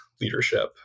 leadership